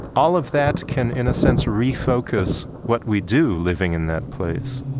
all of that can, in a sense, refocus what we do living in that place